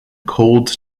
cold